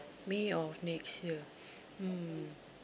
may on next year mm